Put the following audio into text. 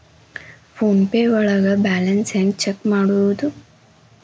Phone pay ಒಳಗ balance ಹೆಂಗ್ check ಮಾಡುವುದು?